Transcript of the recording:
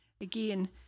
again